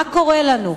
מה קורה לנו?